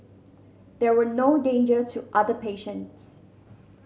there were no danger to other patients